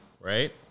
right